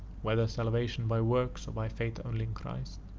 whether salvation by works or by faith only in christ.